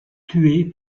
tué